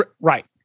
Right